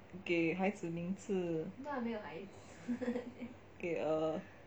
给孩子名字给 err